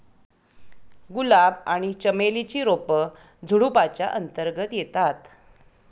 गुलाब आणि चमेली ची रोप झुडुपाच्या अंतर्गत येतात